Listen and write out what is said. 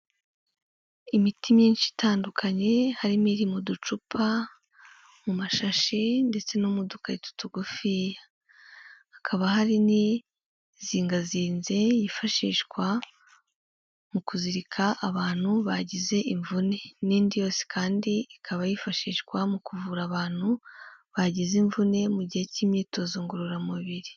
Imiti myinshi itandukanye harimo iririmo mu ducupa, mu mashashi, ndetse no mu dukarito tugufiya. Hakaba hari n'izingazinze, yifashishwa mu kuzirika abantu bagize imvune. N'indi yose kandi ikaba yifashishwa mu kuvura abantu bagize imvune, mu gihe cy'imyitozo ngororamubiri.